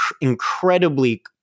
incredibly